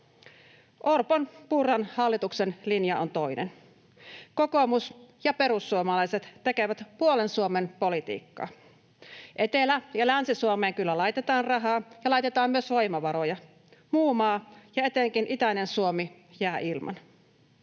Orpon—Purran hallituksen linja on toinen. Kokoomus ja perussuomalaiset tekevät puolen Suomen politiikkaa. Etelä- ja Länsi-Suomeen kyllä laitetaan rahaa ja laitetaan myös voimavaroja. Muu maa, ja etenkin itäinen Suomi, jää ilman.